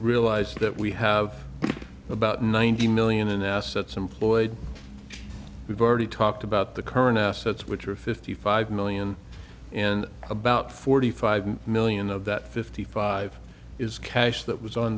realize that we have about ninety million in assets employed we've already talked about the current assets which are fifty five million and about forty five million of that fifty five is cash that was on